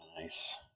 Nice